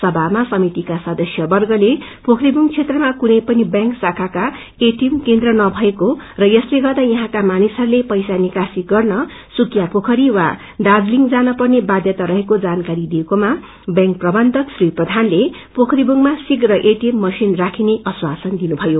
सभामा समितिका सदस्यर्वगते पोखेबुङ क्षेत्रमा कुनै पनि व्यांक शाखाका एटीएम केन्द्र न भएको र यसर्तो गर्दा यहाँका मानिसहरूले पैसा निकासी गर्न सुकियापोखरी वा दार्जीलिङ जान पर्ने बाध्यता रहेको जानकारी दिएक्रेमा व्यांक प्रबन्धक श्री प्रथानले पोखबुङमा शीप्र एटीएम मशिन राखिने आश्वासन दिनु भयो